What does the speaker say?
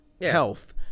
health